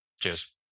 Cheers